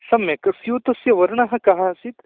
सम्यक् स्यूतस्य वर्णः कः आसीत्